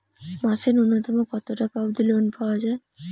মাসে নূন্যতম কতো টাকা অব্দি লোন পাওয়া যায়?